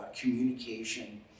communication